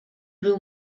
był